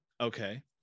Okay